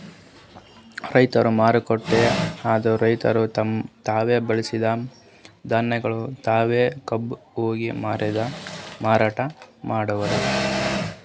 ರೈತರ ಮಾರುಕಟ್ಟೆ ಅಂದುರ್ ರೈತುರ್ ತಾವು ಬೆಳಸಿದ್ ಧಾನ್ಯಗೊಳ್ ತಾವೆ ಖುದ್ದ್ ಹೋಗಿ ಮಂದಿಗ್ ಮಾರಾಟ ಮಾಡ್ತಾರ್